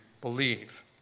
believe